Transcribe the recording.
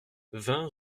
vingt